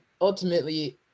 ultimately